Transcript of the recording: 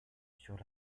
sur